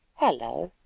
hullo!